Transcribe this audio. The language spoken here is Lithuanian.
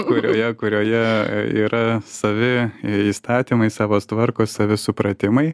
kurioje kurioje yra savi įstatymai savos tvarkos savi supratimai